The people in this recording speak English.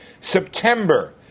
September